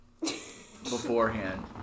...beforehand